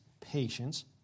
patience